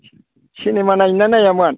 cinema नायो ना नायामोन